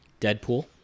Deadpool